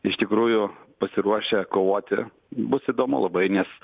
iš tikrųjų pasiruošę kovoti bus įdomu labai nes